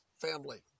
family